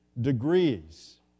degrees